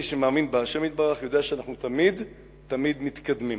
מי שמאמין בה' יתברך יודע שאנחנו תמיד-תמיד מתקדמים.